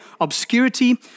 obscurity